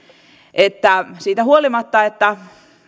että siitä huolimatta että